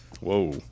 Whoa